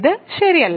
ഇത് ശരിയല്ല